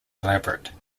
elaborate